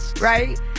right